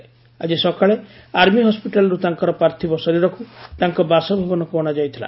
ପୂର୍ବରୁ ଆଜି ସକାଳେ ଆର୍ମି ହସ୍କିଟାଲରୁ ତାଙ୍କର ପାର୍ଥିବ ଶରୀରକୁ ତାଙ୍କ ବାସଭବନକୁ ଅଣାଯାଇଥିଲା